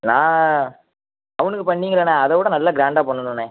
நான் அவனுக்கு பண்ணீங்களிண்ண அதை விட நல்லா கிராண்டாக பண்ணணுண்ண